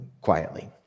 quietly